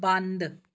ਬੰਦ